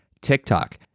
TikTok